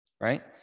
right